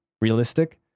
realistic